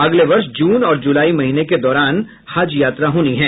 अगले वर्ष जून और जुलाई महीने के दौरान हज यात्रा होनी है